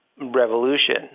revolution